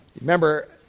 Remember